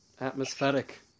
Atmospheric